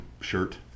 shirt